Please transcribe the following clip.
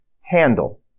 handle